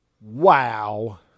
Wow